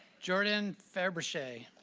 jordan fabrishea